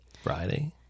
Friday